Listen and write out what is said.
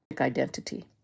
identity